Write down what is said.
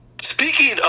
Speaking